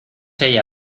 ella